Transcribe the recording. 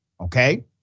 okay